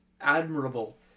admirable